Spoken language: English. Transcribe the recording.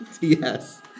Yes